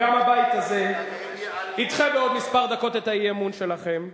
גם הבית הזה ידחה בעוד דקות מספר את האי-אמון שלכם.